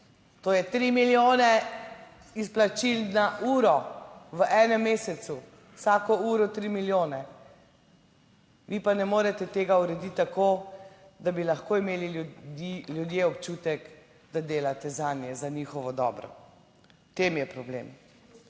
To je tri milijone izplačil na uro v enem mesecu, vsako uro tri milijone. Vi pa ne morete tega urediti tako, da bi lahko imeli ljudi, ljudje občutek, da delate zanje, za njihovo dobro. V tem je problem.